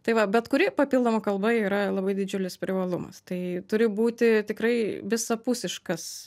tai va bet kuri papildoma kalba yra labai didžiulis privalumas tai turi būti tikrai visapusiškas